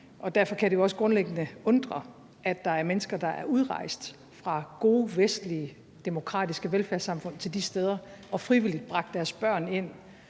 Derfor kan det jo også grundlæggende undre, at der er mennesker, der er udrejst fra gode vestlige, demokratiske velfærdssamfund til de steder og frivillig har bragt deres børn til